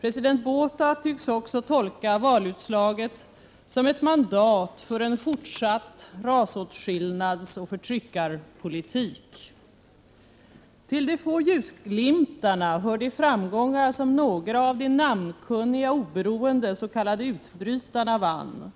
President Botha tycks också tolka valutslaget som 22 maj 1987 ett mandat för en fortsatt rasåtskillnadsoch förtryckarpolitik. & Till de få ljusglimtarna hör de framgångar som några av d kuttoiga > AC KOR Nandel ill de få ljusglimtarna hör de framgång;